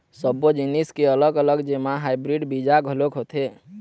सब्बो जिनिस के अलग अलग जेमा हाइब्रिड बीजा घलोक होथे